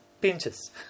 pinches